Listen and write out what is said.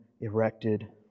erected